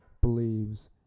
believes